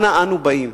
אנה אנו באים?